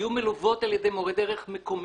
יהיו מלוות על ידי מורה דרך מקומי,